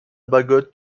bagot